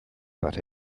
but